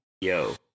yo